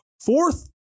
fourth